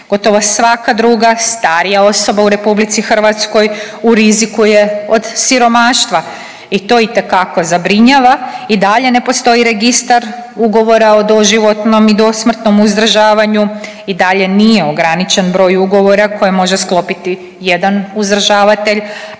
Gotovo svaka druga starija osoba u RH u riziku je od siromaštva i to itekako zabrinjava. I dalje ne postoji registar ugovora o doživotnom i dosmrtnom uzdržavanju i dalje nije ograničen broj ugovora koje može sklopiti jedan uzdržavatelj,